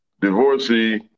divorcee